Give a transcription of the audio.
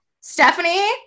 Stephanie